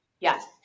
Yes